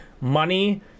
money